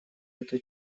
эту